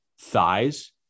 thighs